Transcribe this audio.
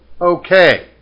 okay